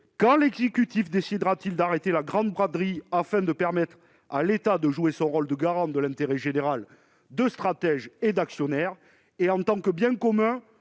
quand l'exécutif décidera-t-il d'arrêter la grande braderie afin de permettre à l'État de jouer son rôle de garant de l'intérêt général, de stratège et d'actionnaire ? En tant que bien commun,